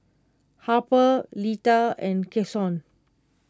Harper Lita and Kason